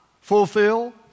fulfill